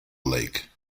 lake